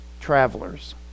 travelers